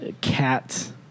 cat